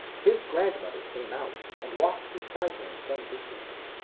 his grandmother came out and walked beside him some distance,